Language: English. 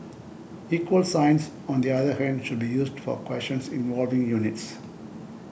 equal signs on the other hand should be used for questions involving units